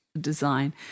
design